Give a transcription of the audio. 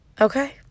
Okay